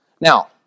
Now